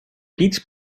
each